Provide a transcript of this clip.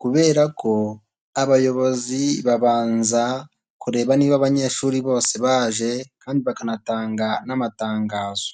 kubera ko abayobozi babanza kureba niba abanyeshuri bose baje kandi bakanatanga n'amatangazo.